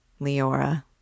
Leora